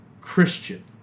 Christian